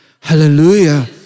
Hallelujah